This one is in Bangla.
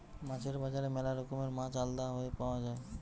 মাছের বাজারে ম্যালা রকমের মাছ আলদা হারে পাওয়া যায়